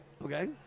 Okay